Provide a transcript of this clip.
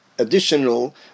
additional